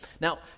Now